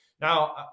now